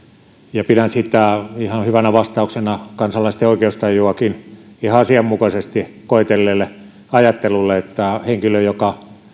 ja pidän sitä ihan hyvänä vastauksena kansalaisten oikeustajuakin ihan asianmukaisesti koetelleelle ajattelulle että henkilö joka